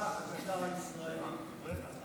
הישראלי ברח.